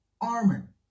armor